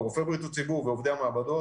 רופאי בריאות הציבור ועובדי המעבדות,